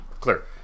clear